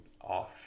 off